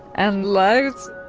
and lights.